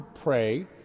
pray